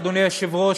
אדוני היושב-ראש,